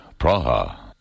Praha